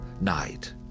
night